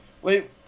Wait